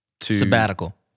sabbatical